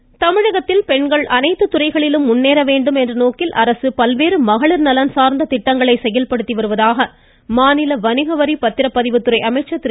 வீரமணி தமிழகத்தில் பெண்கள் அனைத்து துறைகளிலும் முன்னேற வேண்டும் என்ற நோக்கில் அரசு பல்வேறு மகளிர் நலன் சார்ந்த திட்டங்களை செயல்படுத்தி வருவதாக மாநில வணிகவரி பத்திரப்பதிவு துறை அமைச்சர் திரு